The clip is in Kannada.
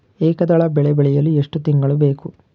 ಏಕದಳ ಬೆಳೆ ಬೆಳೆಯಲು ಎಷ್ಟು ತಿಂಗಳು ಬೇಕು?